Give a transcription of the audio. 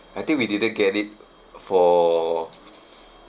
I think we didn't get it for